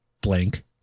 blank